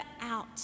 out